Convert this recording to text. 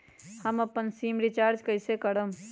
हम अपन sim recharge कइसे करम?